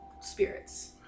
spirits